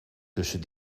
tussen